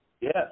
Yes